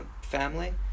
family